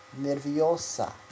nerviosa